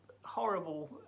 horrible